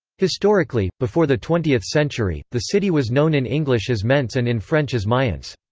historically, before the twentieth century, the city was known in english as mentz and in french as mayence.